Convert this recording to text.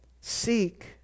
Seek